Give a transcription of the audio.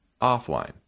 offline